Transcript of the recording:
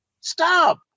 stop